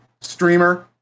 streamer